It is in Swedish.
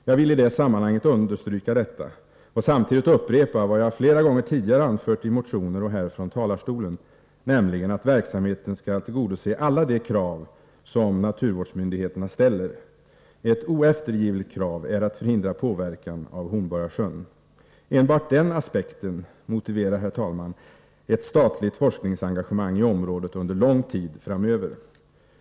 Jag vill i det sammanhanget understryka detta och samtidigt upprepa vad jag flera gånger tidigare anfört i motioner och här från talarstolen, nämligen att verksamheten skall tillgodose alla de krav som naturvårdsmyndigheterna ställer. Ett oeftergivligt krav är att förhindra påverkan av Hornborgasjön. Enbart den aspekten motiverar, herr talman, ett statligt forskningsengagemang i området under lång tid framöver.